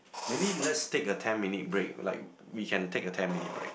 maybe let's take a ten minute break like we can take a ten minute break